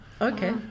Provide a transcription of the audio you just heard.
Okay